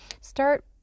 start